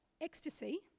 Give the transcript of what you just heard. ecstasy